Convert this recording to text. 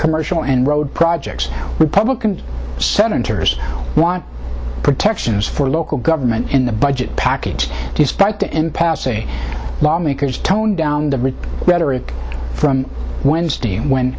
commercial and road projects republican senators want protections for local government in the budget package despite the impasse saying lawmakers tone down the rhetoric from wednesday w